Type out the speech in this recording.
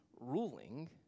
ruling